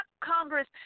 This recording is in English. Congress